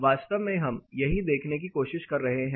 वास्तव में हम यही देखने की कोशिश कर रहे हैं